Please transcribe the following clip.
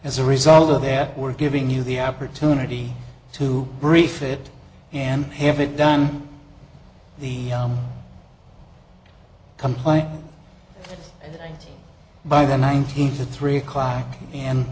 as a result of that we're giving you the opportunity to brief it and have it done the comply by the nineteenth at three o'clock and